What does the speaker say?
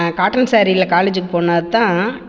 cotton சாரீயில காலேஜ்ஜிக்கு போனாத்தான்